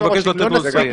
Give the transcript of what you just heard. אני מבקש לתת לו לסיים.